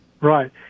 Right